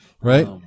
right